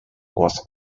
was